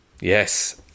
Yes